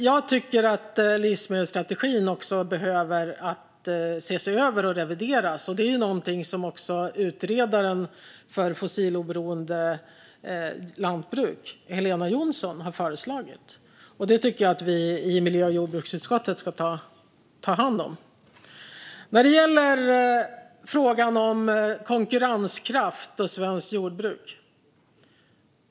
Jag tycker att livsmedelsstrategin behöver ses över och revideras, och det är också någonting som utredaren för ett fossiloberoende lantbruk, Helena Jonsson, har föreslagit. Det tycker jag att vi i miljö och jordbruksutskottet ska ta hand om. Sedan var det frågan om konkurrenskraft och svenskt jordbruk.